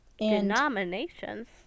Denominations